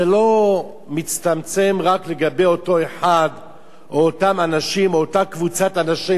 זה לא מצטמצם רק לגבי אותו אחד או אותם אנשים או אותה קבוצת אנשים,